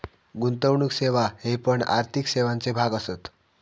गुंतवणुक सेवा हे पण आर्थिक सेवांचे भाग असत